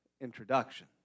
introduction